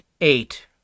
eight